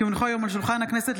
כי הונחו היום על שולחן הכנסת,